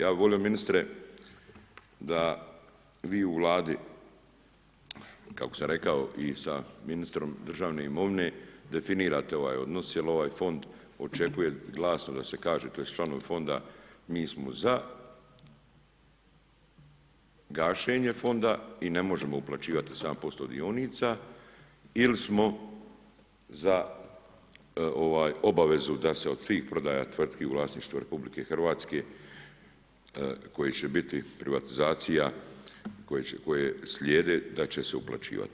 Ja bih volio ministre da vi u vladi, kako sam rekao, i sa ministrom državne imovine definirate ovaj odnos jer ovaj fond očekuje glasno da se kaže, tj. članovi fonda, mi smo za gašenje fonda i ne možemo uplaćivati 7% dionica ili smo za obavezu da se od svih prodaja tvrtki u vlasništvu RH koji će biti privatizacija, koje slijede da će se uplaćivati.